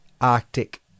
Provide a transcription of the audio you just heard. Arctic